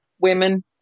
women